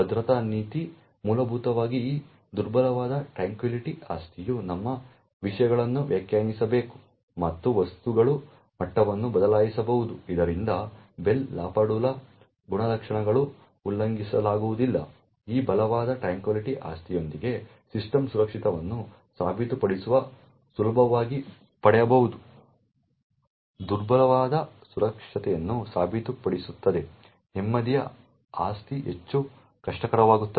ಭದ್ರತಾ ನೀತಿ ಮೂಲಭೂತವಾಗಿ ಈ ದುರ್ಬಲವಾದ ಟ್ರ್ಯಾಂಕ್ವಿಲಿಟಿ ಆಸ್ತಿಯು ನಮ್ಮ ವಿಷಯಗಳನ್ನು ವ್ಯಾಖ್ಯಾನಿಸಬೇಕು ಮತ್ತು ವಸ್ತುಗಳು ಮಟ್ಟವನ್ನು ಬದಲಾಯಿಸಬಹುದು ಇದರಿಂದ ಬೆಲ್ ಲಾಪಾಡುಲಾ ಗುಣಲಕ್ಷಣಗಳನ್ನು ಉಲ್ಲಂಘಿಸಲಾಗುವುದಿಲ್ಲ ಈ ಬಲವಾದ ಟ್ರ್ಯಾಂಕ್ವಿಲಿಟಿ ಆಸ್ತಿಯೊಂದಿಗೆ ಸಿಸ್ಟಮ್ನ ಸುರಕ್ಷತೆಯನ್ನು ಸಾಬೀತುಪಡಿಸುವಾಗ ಸುಲಭವಾಗಿ ಮಾಡಬಹುದು ದುರ್ಬಲವಾದ ಸುರಕ್ಷತೆಯನ್ನು ಸಾಬೀತುಪಡಿಸುತ್ತದೆ ನೆಮ್ಮದಿಯ ಆಸ್ತಿ ಹೆಚ್ಚು ಕಷ್ಟಕರವಾಗುತ್ತದೆ